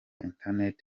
internet